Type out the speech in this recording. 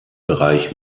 bereich